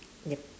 ya